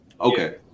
Okay